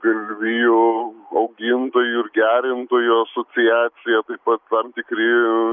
galvijų augintojų ir gerintojų asociacija taip pat tam tikri